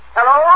Hello